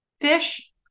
fish